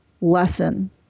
lesson